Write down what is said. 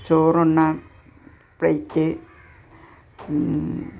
ചോറുണ്ണാൻ പ്ലെയ്റ്റ്